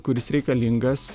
kuris reikalingas